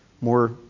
more